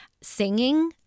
singing